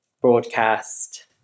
broadcast